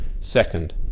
Second